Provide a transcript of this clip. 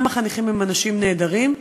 גם החניכים הם אנשים נהדרים,